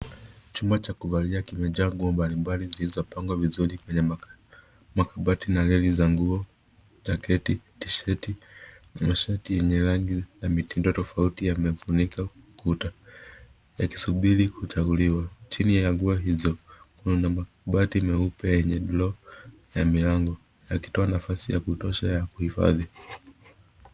Chumba cha kuvalia kimejaa nguo mbali mbali zilizopangwa vizuri kwenye makabati na reli za nguo, jaketi, tisheti na mashati yenye rangi na mitindo tofauti yamefunika kuta yakisubiri kuchaguliwa. Chini ya nguo hizo kuna makabati meupe yenye vioo ya milango, yakitoa nafasi ya kutosha ya kuhifadhi.